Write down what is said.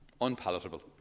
unpalatable